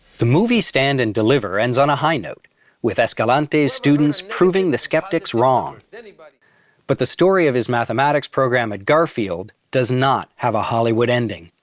the movie stand and deliver ends on a high note with escalante's students proving the skeptics wrong. but the story of his mathematics program at garfield does not have a hollywood ending.